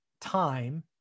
time